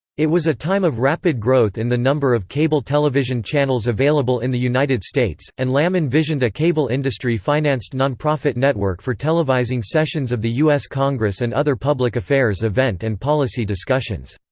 it was a time of rapid growth in the number of cable television channels available in the united states, and lamb envisioned a cable-industry financed nonprofit network for televising sessions of the u s. congress and other public affairs event and policy discussions.